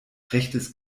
rechtes